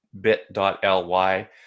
bit.ly